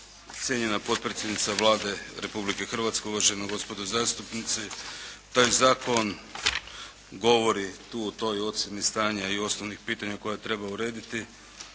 cijenjena potpredsjednice Vlade Republike Hrvatske, uvažena gospodo zastupnici. Taj Zakon govori tu u toj ocjeni stanja i osnovnih pitanja koja treba urediti